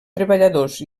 treballadors